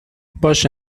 باشه